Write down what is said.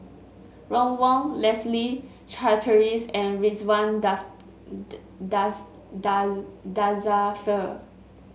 Ron Wong Leslie Charteris and Ridzwan Dzafir